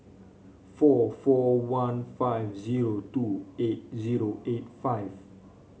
four four one five zero two eight zero eight five